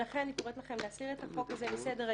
לכן אני קוראת לכם להסיר את החוק הזה מסדר-היום,